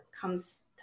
comes